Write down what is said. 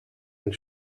and